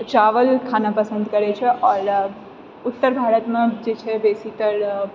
चावल खाना पसन्द करै छै आओर उत्तर भारतमे जे छै बेसीतर